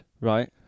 Right